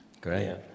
Great